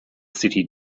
city